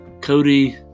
Cody